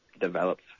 develops